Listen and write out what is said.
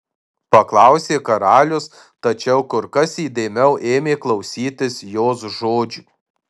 paklausė karalius tačiau kur kas įdėmiau ėmė klausytis jos žodžių